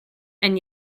and